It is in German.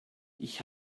ich